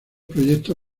proyecto